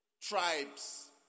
tribes